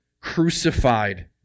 crucified